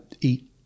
eat